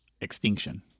Extinction